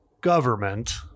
government